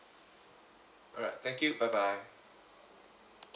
alright thank you bye bye